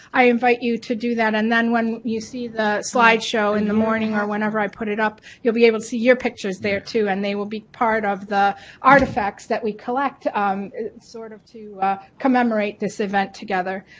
i invite you to do that and then when you see the slideshow in the morning or whenever i put it up you'll be able to see your pictures there too and they will be part of the artifacts that we collects as um sort of to commemorate this event together.